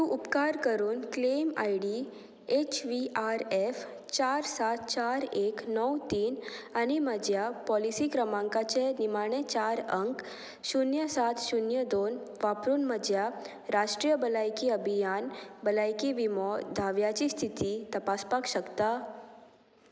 तूं उपकार करून claim I D H V R F चार सात चार एक णव तीन आनी म्हज्या पॉलिसी क्रमांकाचे निमाणें चार अंक शुन्य सात शुन्य दोन वापरून म्हज्या राष्ट्रीय भलायकी अभियान भलायकी विमो धाव्याची स्थिती तपासपाक शकता